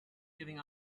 giving